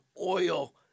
oil